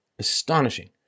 astonishing